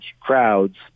crowds